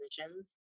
positions